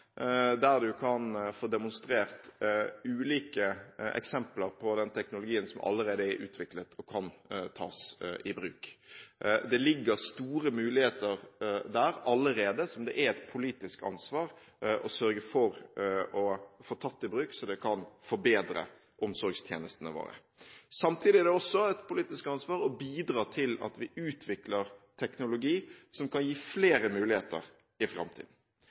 der man kan få demonstrert ulike eksempler på den teknologien som allerede er utviklet og kan tas i bruk. Det ligger store muligheter der allerede, som det er et politisk ansvar å sørge for blir tatt i bruk, slik at det kan forbedre omsorgstjenestene våre. Samtidig er det også et politisk ansvar å bidra til at vi utvikler teknologi som kan gi flere muligheter i framtiden.